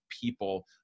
people